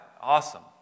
awesome